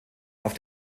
auf